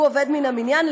שהוא עובד מן המניין,